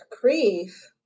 grief